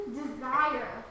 desire